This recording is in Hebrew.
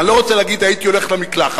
אני לא רוצה להגיד הייתי הולך למקלחת,